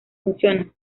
funciona